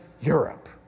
Europe